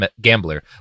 gambler